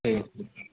ठीक हय